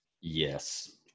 Yes